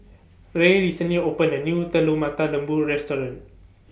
Ray recently opened A New Telur Mata Lembu Restaurant